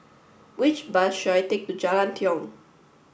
which bus should I take to Jalan Tiong